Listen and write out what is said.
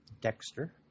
Dexter